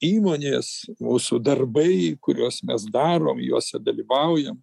įmonės mūsų darbai kuriuos mes darom juose dalyvaujam